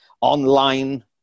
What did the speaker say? online